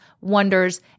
wonders